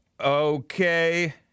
Okay